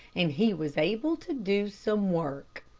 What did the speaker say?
and he was able to do some work.